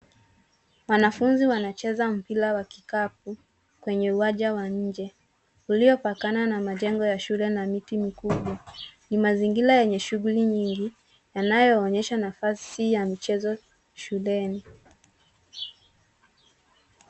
Wanafunzi wanacheza mpira wa kikapu kwenye uwanja wa nje, uliopakana na majengo ya shule na miti mikubwa. Ni mazingira yenye shughuli nyingi, yanayoonyesha nafasi ya michezo shuleni.